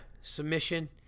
submission